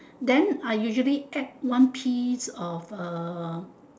then I usually add one piece of uh